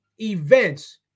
events